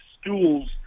stools